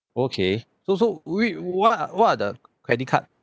okay so so which what are what are the credit card